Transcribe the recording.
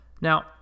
Now